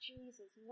Jesus